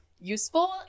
useful